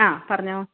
ആ പറഞ്ഞോളു